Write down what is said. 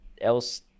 else